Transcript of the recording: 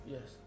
Yes